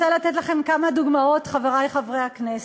אני רוצה לתת לכם כמה דוגמאות, חברי חברי הכנסת.